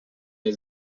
der